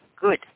Good